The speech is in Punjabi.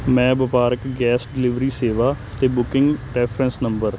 ਮੈਂ ਵਪਾਰਕ ਗੈਸ ਡਿਲਿਵਰੀ ਸੇਵਾ 'ਤੇ ਬੁਕਿੰਗ ਰੈਫਰੈਂਸ ਨੰਬਰ